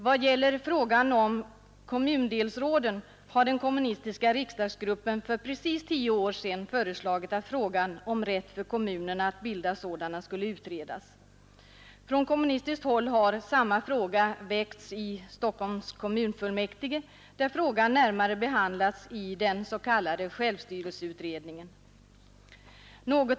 Vad gäller frågan om kommundelsråden har den kommunistiska riksdagsgruppen för precis tio år sedan föreslagit att frågan om rätt för kommunerna att bilda sådana skulle utredas. Från kommunistiskt håll har samma fråga väckts i Stockholms kommunfullmäktige, där den närmare behandlas i den s.k. självstyrelseutredningen.